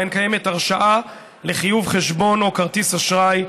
שבהן קיימת הרשאה לחיוב חשבון או כרטיס אשראי,